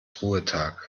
ruhetag